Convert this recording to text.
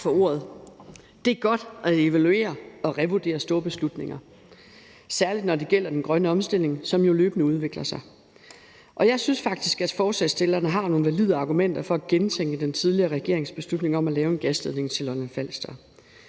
Det er godt at evaluere og revurdere store beslutninger, særlig når det gælder den grønne omstilling, som jo løbende udvikler sig, og jeg synes faktisk, at forslagsstillerne har nogle valide argumenter for at gentænke den tidligere regerings beslutning om at lave en gasledning til Lolland-Falster.